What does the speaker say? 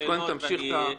תמשיך בדברים.